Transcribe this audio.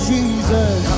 Jesus